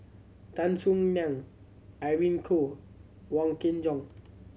Tan Soo Nan Irene Khong Wong Kin Jong